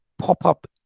pop-up